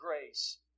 grace